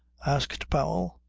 asked powell.